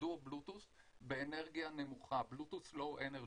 שידור Bluetooth באנרגיה נמוכה: Bluetooth Low Energy,